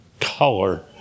color